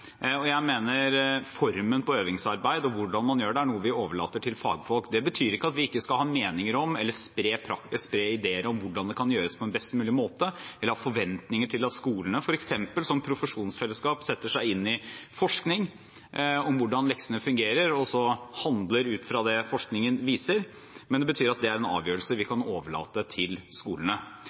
styre? Jeg mener at formen på øvingsarbeid og hvordan man gjør det, er noe vi overlater til fagfolk. Det betyr ikke at vi ikke skal ha meninger om eller spre ideer om hvordan det kan gjøres på en best mulig måte, eller ha forventninger til at skolene f.eks. som profesjonsfellesskap setter seg inn i forskning om hvordan leksene fungerer, og så handler ut fra det forskningen viser, men det betyr at det er en avgjørelse vi kan overlate til skolene.